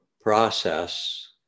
process